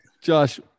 josh